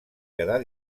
quedar